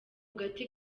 gati